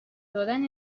دادن